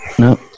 No